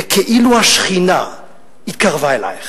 וכאילו השכינה התקרבה אליך.